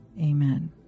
Amen